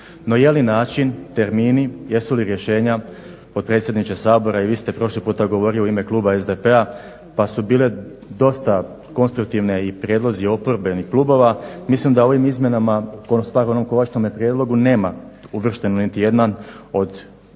No jeli način, termini, jesu li rješenja potpredsjedniče Sabora i vi ste prošli puta govorili u ime kluba SDP-a pa su bili dosta konstruktivni prijedlozi oporbenih klubova, mislim da ovim izmjenama onom konačnom prijedlogu nema uvršten niti jedan od ključnih